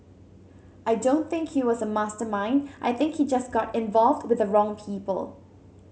I don't think he was a mastermind I think he just got involved with the wrong people